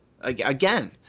again